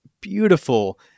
beautiful